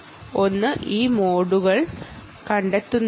ഇതിൽ ഒന്ന് ഈ മോഡുകൾ കണ്ടെത്തുക എന്നതാണ്